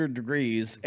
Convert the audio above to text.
degrees